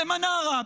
במנרה,